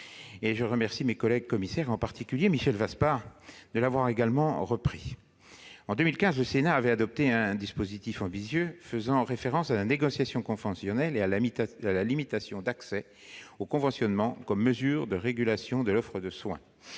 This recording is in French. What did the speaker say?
je remercie mes collègues commissaires, en particulier Michel Vaspart, de l'avoir également repris. En 2015, le Sénat avait adopté un dispositif ambitieux, faisant référence à la négociation conventionnelle et à la limitation d'accès au conventionnement comme mesure de régulation de l'offre de soins.